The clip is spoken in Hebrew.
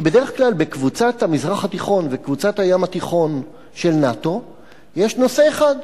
בדרך כלל בקבוצת המזרח התיכון וקבוצת הים התיכון של נאט"ו יש נושא אחד: